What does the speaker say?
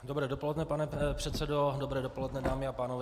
Dobré dopoledne pane předsedo, dobré dopoledne dámy a pánové.